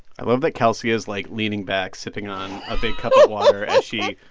i love that kelsey is, like, leaning back, sipping on a big cup of water, as she,